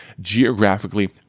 geographically